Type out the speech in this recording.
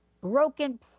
broken